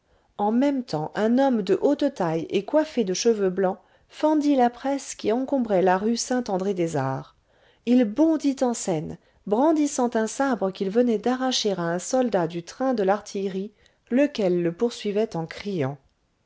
en même temps un homme de haute taille et coiffé de cheveux blancs fendit la presse qui encombrait la rue saint andré des arts il bondit en scène brandissant un sabre qu'il venait d'arracher à un soldat du train de l'artillerie lequel le poursuivait en criant